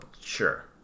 Sure